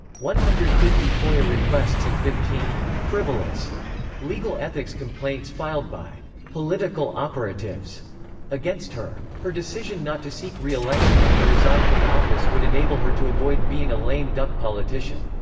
one hundred and fifty foia requests and fifteen frivolous legal ethics complaints filed by political operatives against her. her decision not to seek reelection and to resign from office would enable her to avoid being a lame duck politician.